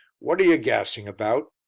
what are ye gassing about!